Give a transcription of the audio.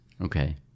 Okay